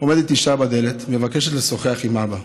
עומדת אישה בדלת, מבקשת לשוחח עם אבא.